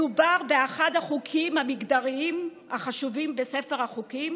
מדובר באחד החוקים המגדריים החשובים בספר החוקים,